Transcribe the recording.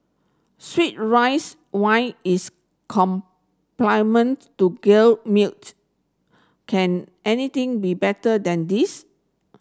sweet rice wine is to can anything be better than this